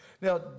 Now